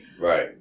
Right